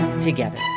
together